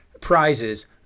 prizes